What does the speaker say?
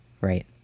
right